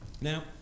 Now